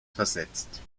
versetzt